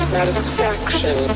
Satisfaction